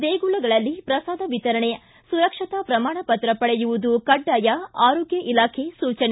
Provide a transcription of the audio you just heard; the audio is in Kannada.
ದೇಗುಲಗಳಲ್ಲಿ ಪ್ರಸಾದ ವಿತರಣೆ ಸುರಕ್ಷತಾ ಪ್ರಮಾಣ ಪತ್ರ ಪಡೆಯುವುದು ಕಡ್ನಾಯ ಆರೋಗ್ಯ ಇಲಾಖೆ ಸೂಚನೆ